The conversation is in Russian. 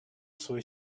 свое